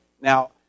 Now